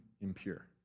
impure